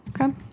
Okay